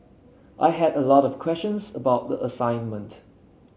I had a lot of questions about the assignment